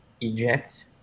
eject